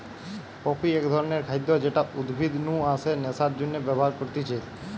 poppy এক ধরণের খাদ্য যেটা উদ্ভিদ নু আসে নেশার জন্যে ব্যবহার করতিছে